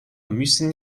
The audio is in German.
müssen